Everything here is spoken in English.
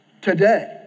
today